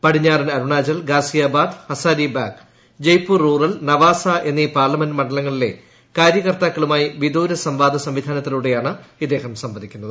പടിഞ്ഞാറൻ അരുണാചൽ ഗാസിയാബാദ് ഹസാരിബാഗ് ജയ്പൂർ റൂറൽ നവാസാ എന്നീ പാർലമെന്റ് മണ്ഡലങ്ങളിലെ കാര്യകർത്താക്കളുമായി വിദൂര സംവാദ സംവിധാനത്തിലൂടെ സംവദിക്കുന്നത്